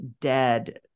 dead